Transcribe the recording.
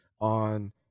on